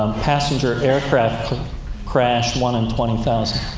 um passenger aircraft crash, one in twenty thousand.